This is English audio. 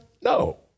No